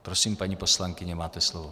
Prosím, paní poslankyně, máte slovo.